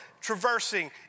traversing